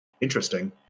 Interesting